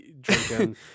drinking